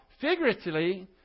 figuratively